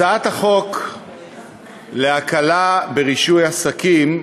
הצעת החוק להקלה ברישוי עסקים,